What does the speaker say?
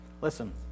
Listen